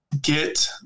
get